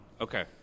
Okay